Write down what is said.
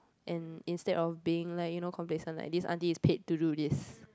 and instead of being like you know complacent like this aunty is paid to do this